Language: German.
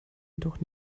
jedoch